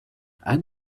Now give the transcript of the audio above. add